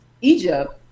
Egypt